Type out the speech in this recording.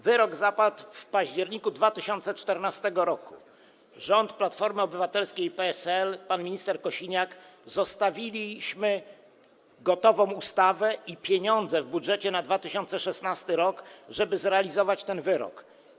Wyrok zapadł w październiku 2014 r. Rząd Platformy Obywatelskiej i PSL, pan minister Kosiniak, zostawił gotową ustawę i pieniądze w budżecie na 2016 r., żeby zrealizować ten wyrok.